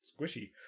squishy